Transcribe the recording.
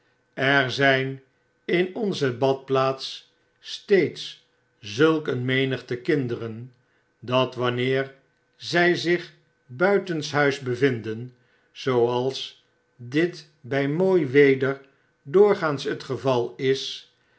er zyn in onze badplaats steeds zulk een menigte kinderen dat wanneer zij zich buitenshuis oevinden zooals dit bj mooi wed er doorgaans het geval is